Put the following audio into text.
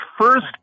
first